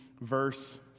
verse